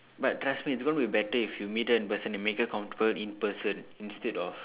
but trust me it's gonna be better if you meet her in person and make her comfortable in person instead of